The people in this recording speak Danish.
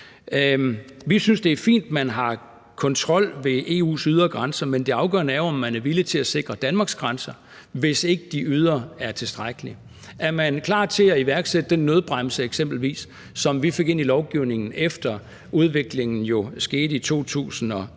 Vi synes, det er fint, at man har kontrol ved EU's ydre grænser, men det afgørende er jo, om man er villig til at sikre Danmarks grænser, hvis ikke de ydre er tilstrækkelige. Er man eksempelvis klar til at iværksætte den nødbremse, som vi fik ind i lovgivningen efter den udvikling, der jo skete i 2015?